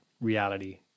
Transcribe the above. reality